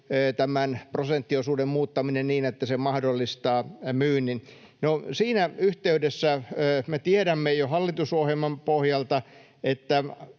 tämän prosenttiosuuden muuttaminen niin, että se mahdollistaa myynnin. No, siinä yhteydessä me tiedämme jo hallitusohjelman pohjalta, että